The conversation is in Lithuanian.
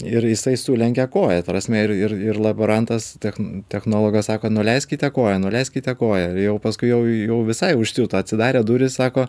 ir jisai sulenkė koją ta prasme ir ir ir laborantas techn technologas sako nuleiskite koją nuleiskite koją jau paskui jau jau visai užsiuto atsidarė durys sako